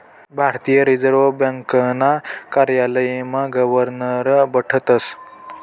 भारतीय रिजर्व ब्यांकना कार्यालयमा गवर्नर बठतस